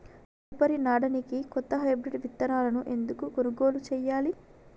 తదుపరి నాడనికి కొత్త హైబ్రిడ్ విత్తనాలను ఎందుకు కొనుగోలు చెయ్యాలి?